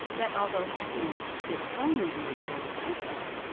that although happiness could only be enjoyed at whitwell,